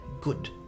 good